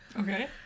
okay